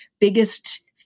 biggest